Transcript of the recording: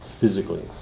physically